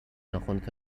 ناخنت